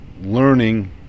learning